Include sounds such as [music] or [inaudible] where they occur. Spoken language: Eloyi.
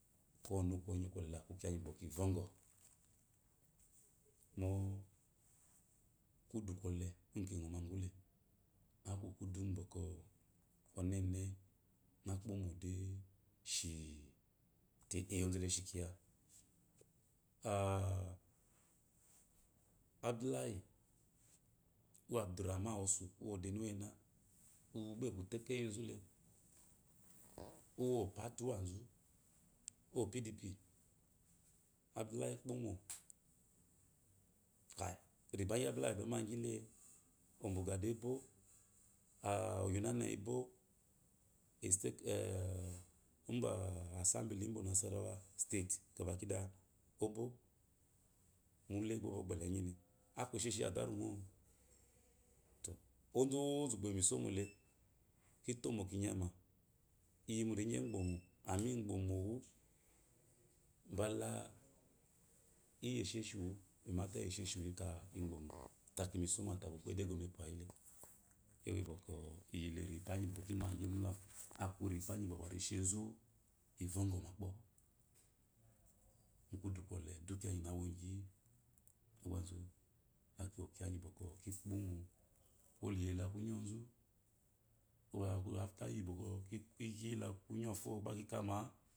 Ka ɔnukwɔnyi kwɔle laku kiya gyi ki vɔgɔ mo kudu gɔle gu ki ngo magule aku kudu gu onɔne ngo kpomo de shi ozele eshi kiya a [hesitation] abdullahi u abdulame osu wu odemi wena uwa gba eku utokeyi zule uwu opatiwazu wnopdp abdullah ekpomo kai riba gyi abdullahi e magbile ombugade ebo [hesitation] oyunana ebo estake [hesitation] mb [hesitation] assembly bwe onasara state kakidays obwo mule gba obwgbele enyile aku esheshi yi atairu mo tu ozozu bwo eyinujomole kitomo kinyame kiyi muriyi kiozuegbomo amma igbomowu mbda yi esheshiwu mimate esheshiwu ika igbomo ta kiyi mi somo tayi gba ukpo edepo apwe yle iyibwɔkwɔ iyile nbagyi bwɔkwɔ ki maggi mule awu aku riba gyi bwɔkwɔ nshizu ivo gɔma kpo mukudu uɔle duk kiya gyi kibwɔkwɔ kifulomo ko liye la kunyo zu after yi bwɔkwɔ kiye la kunyofo gbe kikama